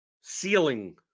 ceiling